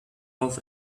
off